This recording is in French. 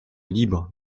libre